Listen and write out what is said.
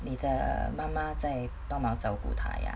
你的妈妈再帮忙照顾他 ya